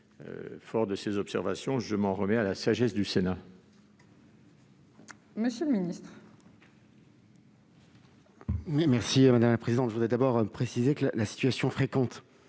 Fort de ces observations, je m'en remets à la sagesse du Sénat.